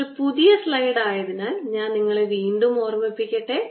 ഇതൊരു പുതിയ സ്ലൈഡ് ആയതിനാൽ ഞാൻ നിങ്ങളെ വീണ്ടും ഓർമ്മിപ്പിക്കട്ടെ